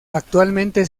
actualmente